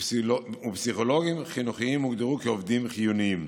ופסיכולוגים חינוכיים הוגדרו כעובדים חיוניים.